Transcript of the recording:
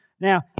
Now